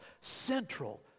central